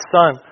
Son